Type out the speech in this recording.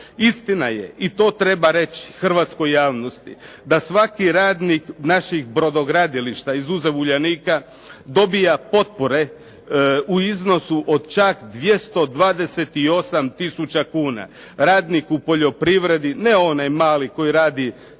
Istina je, i to treba reći hrvatskoj javnosti da svaki radnik naših brodogradilišta, izuzev Uljanika, dobija potpore u iznosu od čak 228 tisuća kuna. Radnik u poljoprivredi, ne onaj mali koji radi